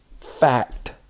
fact